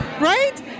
right